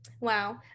Wow